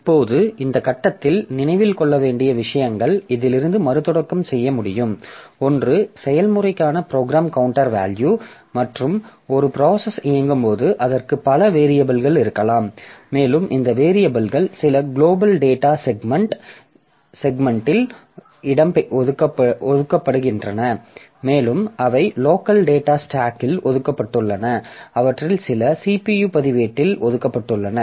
இப்போது இந்த கட்டத்தில் நினைவில் கொள்ள வேண்டிய விஷயங்கள் இதிலிருந்து மறுதொடக்கம் செய்ய முடியும் ஒன்று செயல்முறைக்கான ப்ரோக்ராம் கவுண்டர் வேல்யூ மற்றும் ஒரு ப்ராசஸ் இயங்கும்போது அதற்கு பல வேரியபில்கள் இருக்கலாம் மேலும் இந்த வேரியபில்கள் சில குளோபல் டேட்டா செக்மென்ட் இல் இடம் ஒதுக்கப்படுகின்றன மேலும் அவை லோக்கல் டேட்டா ஸ்டாக்கில் ஒதுக்கப்பட்டுள்ளன அவற்றில் சில CPU பதிவேட்டில் ஒதுக்கப்பட்டுள்ளன